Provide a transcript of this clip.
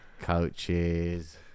coaches